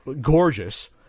Gorgeous